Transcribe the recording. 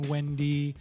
Wendy